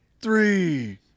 three